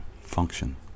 function